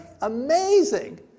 amazing